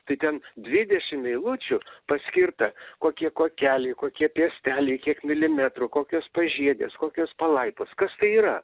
tai ten dvidešimt eilučių paskirta kokie kuokeliai kokie piesteliai kiek milimetrų kokios pažiedės kokios palaipos kas tai yra